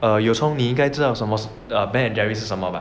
err you cong 你应该知道 Ben and Jerry 是什么吧